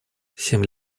семь